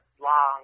long